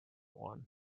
one